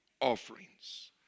offerings